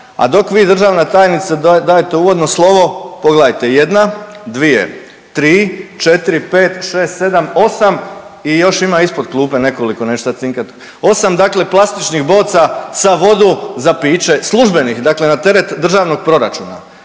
a dok vi državna tajnice dajete uvodno slovo pogledajte jedna, dvije, tri, četri, pet, šest, sedam, osam i još ima ispod klupe nekoliko neću sad cinkat osam dakle plastičnih boca sa vodom za piće službenih dakle na teret državnog proračuna.